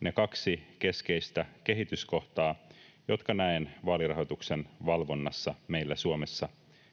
ne kaksi keskeistä kehityskohtaa, jotka näen vaalirahoituksen valvonnassa meillä Suomessa